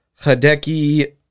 Hideki